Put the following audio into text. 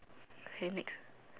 okay next